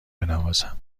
بنوازم